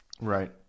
Right